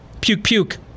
puke-puke